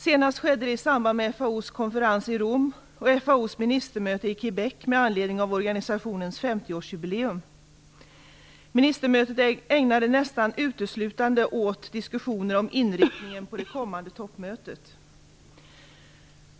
Senast skedde det i samband med FAO:s konferens i Rom och FAO:s ministermöte i Quebec med anledning av organisationens 50 årsjubileum. Ministermötet ägnades nästan uteslutande åt diskussioner om inriktningen på det kommande toppmötet.